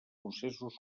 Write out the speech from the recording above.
processos